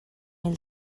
mil